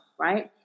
right